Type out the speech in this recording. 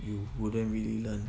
you wouldn't really learn